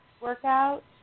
workout